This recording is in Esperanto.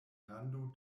rando